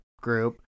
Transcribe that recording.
group